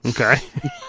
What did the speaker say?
Okay